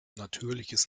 natürliches